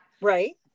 right